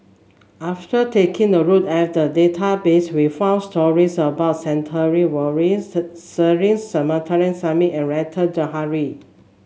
after taking a look at the database we found stories about Stanley Warren Cecil Clementi Smith and Rita Zahara